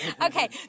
Okay